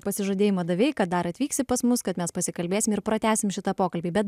pasižadėjimą davei kad dar atvyksi pas mus kad mes pasikalbėsim ir pratęsim šitą pokalbį bet